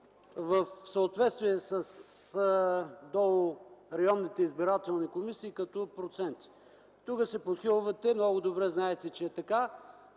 в съответствие до районните избирателни комисии, като проценти. Тук се подхилвате, а много добре знаете, че е така!